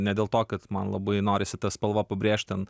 ne dėl to kad man labai norisi tą spalvą pabrėžt ten